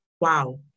wow